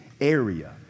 area